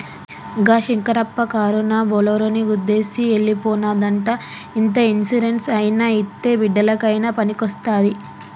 గా శంకరప్ప కారునా బోలోరోని గుద్దేసి ఎల్లి పోనాదంట ఇంత ఇన్సూరెన్స్ అయినా ఇత్తే బిడ్డలకయినా పనికొస్తాది